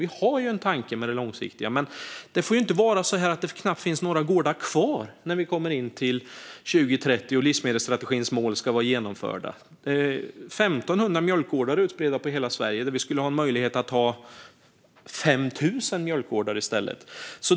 Vi har en tanke med det långsiktiga. Det får inte vara så att det knappt finns några gårdar kvar när vi kommer till 2030 och livsmedelsstrategins mål ska vara genomförda. Ska det finnas 1 500 mjölkgårdar utspridda på hela Sverige, när vi skulle ha möjlighet att ha 5 000 mjölkgårdar i stället?